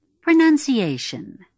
Pronunciation